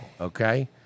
okay